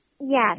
Yes